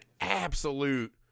absolute